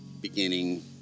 beginning